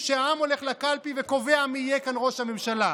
שהעם הולך לקלפי וקובע מי יהיה כאן ראש הממשלה?